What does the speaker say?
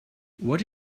what